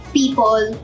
people